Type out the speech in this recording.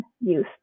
use